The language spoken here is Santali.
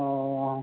ᱚᱻ